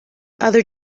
other